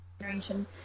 generation